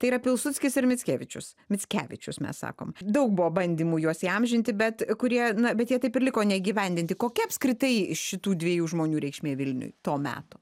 tai yra pilsudskis ir mickėvičius mickevičius mes sakom daug buvo bandymų juos įamžinti bet kurie na bet jie taip ir liko neįgyvendinti kokia apskritai šitų dviejų žmonių reikšmė vilniui to meto